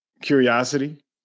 Curiosity